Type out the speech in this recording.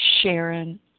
Sharon